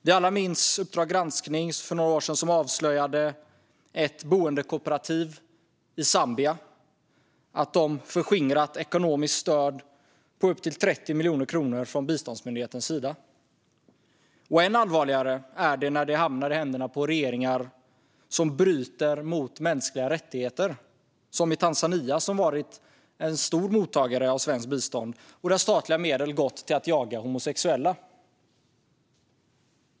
Vi minns alla att Uppdrag granskning för några år sedan avslöjade att ett bondekooperativ i Zambia förskingrat ekonomiskt stöd från biståndsmyndigheten Sida på upp till 30 miljoner kronor. Än allvarligare är det när stödet hamnar i händerna på regeringar som bryter mot mänskliga rättigheter - som i Tanzania, som varit en stor mottagare av svenskt bistånd, där statliga medel gått till att jaga homosexuella.